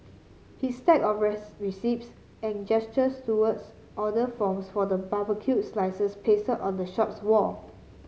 his stack of receipts and gestures towards order forms for the barbecued slices pasted on the shop's wall